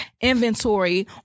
inventory